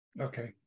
Okay